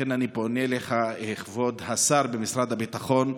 לכן אני פונה אליך, כבוד השר במשרד הביטחון: